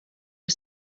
you